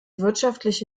wirtschaftliche